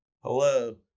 Hello